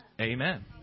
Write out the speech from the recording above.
amen